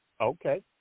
Okay